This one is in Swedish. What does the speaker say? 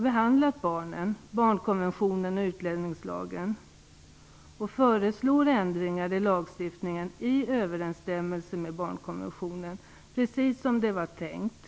Ändringar i lagstiftningen föreslås i överensstämmelse med barnkonventionen, precis som det var tänkt.